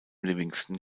livingston